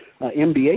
MBA